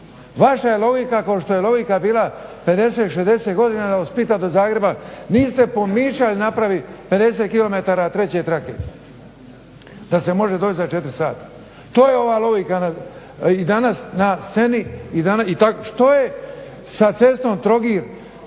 Vaša je logika kao što je logika bila 50, 60 godina od Splita do Zagreba, niste pomišljali napraviti 50 km treće trake da se može doći za 4 sata. To je ova logika i danas na sceni. I što je sa cestom Trogir-Split